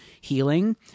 healing